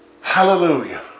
Hallelujah